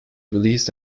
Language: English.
released